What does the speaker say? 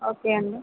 okay అండి